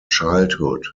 childhood